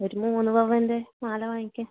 ഒരു മൂന്ന് പവൻ്റെ മാല വാങ്ങിക്കാൻ